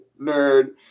Nerd